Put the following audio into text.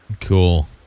cool